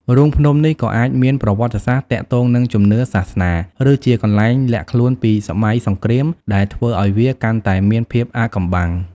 រូងភ្នំនេះក៏អាចមានប្រវត្តិសាស្ត្រទាក់ទងនឹងជំនឿសាសនា ឬជាកន្លែងលាក់ខ្លួនពីសម័យសង្គ្រាមដែលធ្វើឱ្យវាកាន់តែមានភាពអាថ៌កំបាំង។